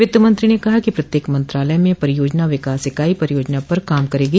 वित्त मंत्री ने कहा कि प्रत्येक मंत्रालय में परियोजना विकास इकाई परियोजना पर काम करेगी